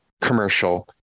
commercial